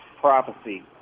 prophecy